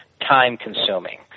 time-consuming